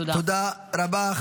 תודה רבה.